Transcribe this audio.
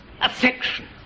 affection